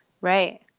right